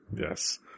Yes